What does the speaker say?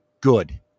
good